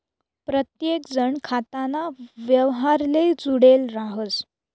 प्रत्येकजण खाताना व्यवहारले जुडेल राहस